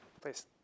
please